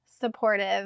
supportive